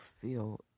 feel